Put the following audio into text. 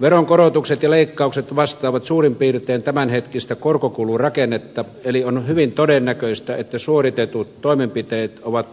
veronkorotukset ja leikkaukset vastaavat suurin piirtein tämänhetkistä korkokulurakennetta eli on hyvin todennäköistä että suoritetut toimenpiteet ovat valitettavasti